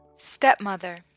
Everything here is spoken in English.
Stepmother